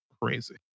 crazy